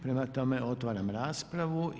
Prema tome, otvaram raspravu.